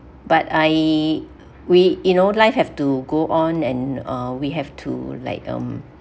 but I we you know life have to go on and uh we have to like um